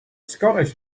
scottish